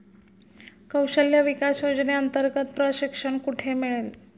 कौशल्य विकास योजनेअंतर्गत प्रशिक्षण कुठे मिळेल?